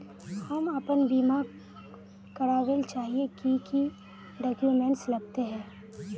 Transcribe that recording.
हम अपन बीमा करावेल चाहिए की की डक्यूमेंट्स लगते है?